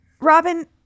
Robin